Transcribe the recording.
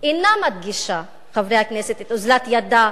אינה מדגישה, חברי הכנסת, את אוזלת ידה